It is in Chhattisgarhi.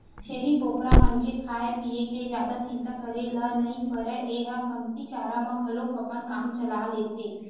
छेरी बोकरा मन के खाए पिए के जादा चिंता करे ल नइ परय ए ह कमती चारा म घलोक अपन काम चला लेथे